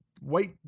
white